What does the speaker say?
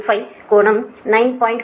15 கோணம் 9